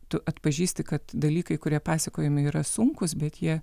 tu atpažįsti kad dalykai kurie pasakojimi yra sunkūs bet jie